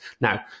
Now